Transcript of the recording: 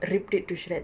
ripped it to shreds